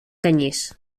canyís